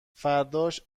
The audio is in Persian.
فرداش